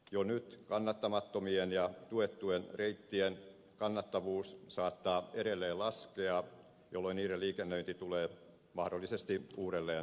jo nyt kannattamattomien ja tuettujen reittien kannattavuus saattaa edelleen laskea jolloin niiden liikennöinti tulee mahdollisesti uudelleen